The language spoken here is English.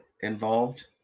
involved